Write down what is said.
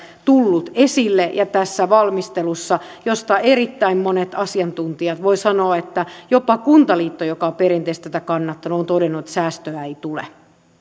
tullut esille tässä lakiesittelyssä ja tässä valmistelussa josta erittäin monet asiantuntijat voi sanoa että jopa kuntaliitto joka on perinteisesti tätä kannattanut ovat todenneet että säästöä ei tule